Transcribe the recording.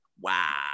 Wow